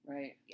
Right